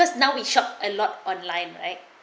cause now we shop and lot online right